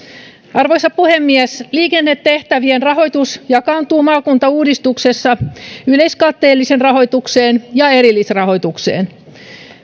arvoisa puhemies liikennetehtävien rahoitus jakaantuu maakuntauudistuksessa yleiskatteelliseen rahoitukseen ja erillisrahoitukseen